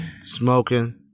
smoking